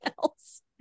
else